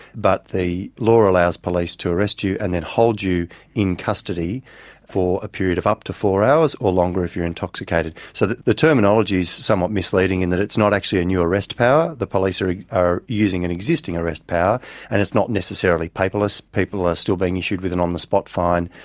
but the law allows police to arrest you and then hold you in custody for a period of up to four hours or longer if you are intoxicated. so the the terminology is somewhat misleading in that it's not actually a new arrest power. the police are ah are using an existing arrest power and it's not necessarily paperless. people are still being issued with an on the spot fine.